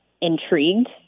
intrigued